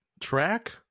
Track